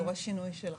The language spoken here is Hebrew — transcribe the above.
זה דורש שינוי של החוק.